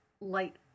light